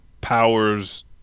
powers